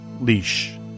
Leash